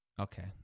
okay